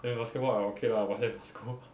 I mean basketball I okay lah but then must go out